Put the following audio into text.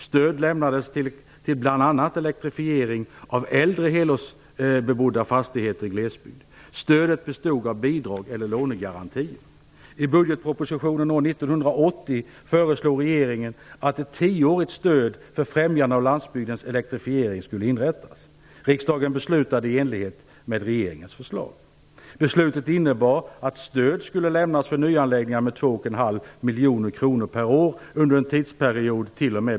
Stöd lämnades till bl.a. elektrifiering av äldre helårsbebodda fastigheter i glesbygd och bestod av bidrag eller lånegarantier.